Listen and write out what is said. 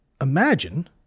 Imagine